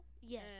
Yes